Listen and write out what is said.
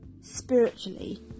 spiritually